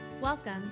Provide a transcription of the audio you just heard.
Welcome